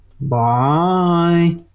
Bye